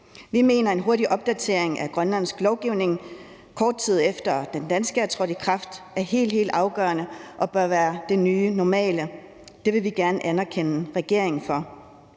Vi mener, at en hurtig opdatering af den grønlandske lovgivning, kort tid efter at den danske er trådt i kraft, er helt, helt afgørende, og at det bør være den nye normale, og det vi gerne anerkende regeringen for.